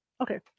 Okay